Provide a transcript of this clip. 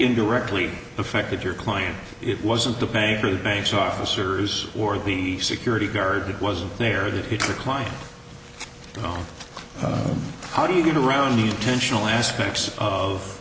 indirectly affected your client it wasn't the bank or the banks officers or the security guard that wasn't there that he could climb on how do you get around the intentional aspects of